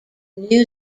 new